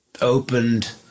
opened